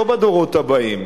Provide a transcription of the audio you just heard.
לא בדורות הבאים,